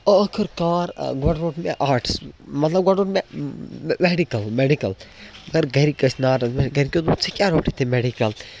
ٲخٕر کار گۄڈٕ روٚٹ مےٚ آٹٕس مطلب گۄڈٕ روٚٹ مےٚ مٮ۪ڈِکَل مٮ۪ڈِکَل مگر گَرِکۍ ٲسۍ ناراض مےٚ گَرِکیو دوٚپ ژےٚ کیٛاہ روٚٹُتھ یہِ میڈِکٕل